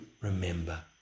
remember